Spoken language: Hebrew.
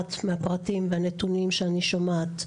מזועזעת מהפרטים והנתונים שאני שומעת.